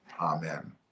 Amen